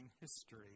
history